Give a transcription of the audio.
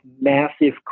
massive